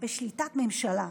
בשליטת ממשלה,